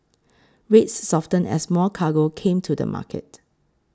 rates softened as more cargo came to the market